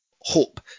hope